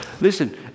Listen